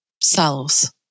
selves